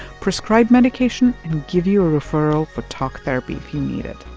prescribe medication and give you a referral for talk therapy if you need it